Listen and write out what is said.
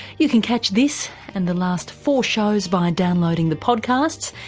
you can catch this and the last four shows by downloading the podcasts.